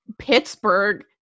Pittsburgh